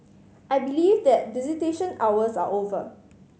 I believe that visitation hours are over